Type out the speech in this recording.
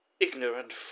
ignorant